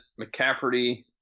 McCafferty